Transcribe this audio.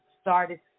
started